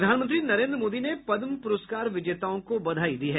प्रधानमंत्री नरेन्द्र मोदी ने पद्म पुरस्कार विजेताओं को बधाई दी है